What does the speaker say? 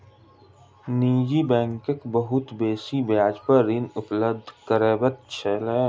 निजी बैंक बहुत बेसी ब्याज पर ऋण उपलब्ध करबैत अछि